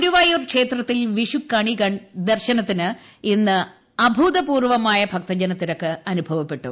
ഗുരുവായൂർ ക്ഷേത്രത്തിൽ വിഷു കണി ദർശനത്തിന് ഇന്ന് അഭൂതപൂർവ്വമായ ഭക്തജനതിരക്കനുഭവപ്പെട്ടു